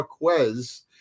Marquez